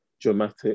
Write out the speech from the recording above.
dramatic